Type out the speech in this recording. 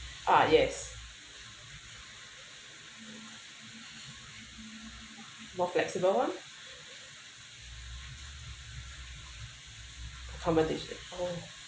uh yes more flexible [one] accommodation oh